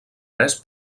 res